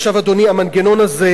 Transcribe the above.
עכשיו, אדוני, המנגנון הזה,